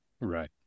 Right